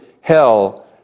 hell